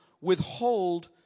withhold